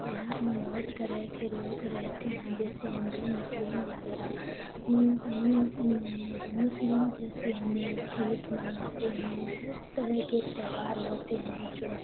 بہار میں بہت طرح کے لوگ رہتے ہیں جیسے ہندو مسلم وگیرہ مسلم جیسے ہم لوگ عید مناتے ہیں بہت طرح کے تہوار ہوتے ہیں جو